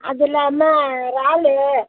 அது இல்லாமல் இறாலு